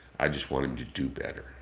i just want him to do better.